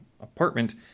apartment